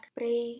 pray